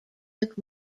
took